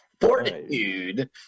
fortitude